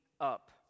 up